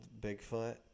Bigfoot